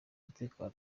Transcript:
umutekano